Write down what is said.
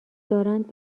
دارند